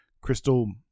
crystal